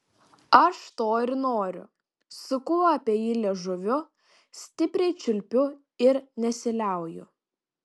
aš to ir noriu suku apie jį liežuviu stipriai čiulpiu ir nesiliauju